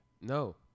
No